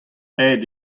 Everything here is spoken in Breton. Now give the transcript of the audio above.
aet